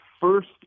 first